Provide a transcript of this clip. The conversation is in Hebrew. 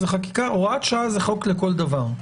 הוראת שעה זה חוק לכל דבר.